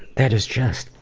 that is just.